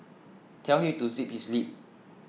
tell him to zip his lip